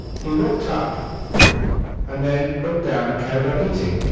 he looked up and then looked down and carried on eating